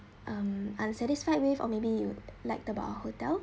um unsatisfied with or maybe you'd like the bar hotel